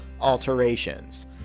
alterations